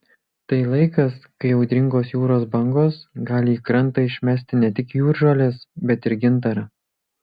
tai laikas kai audringos jūros bangos gali į krantą išmesti ne tik jūržoles bet ir gintarą